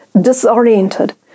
disoriented